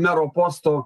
mero posto